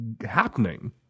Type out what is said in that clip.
happening